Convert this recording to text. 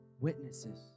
witnesses